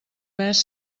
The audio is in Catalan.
mes